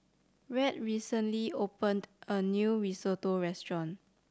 Rhett recently opened a new Risotto Restaurant